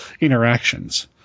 interactions